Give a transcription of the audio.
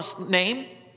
name